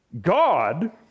God